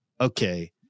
okay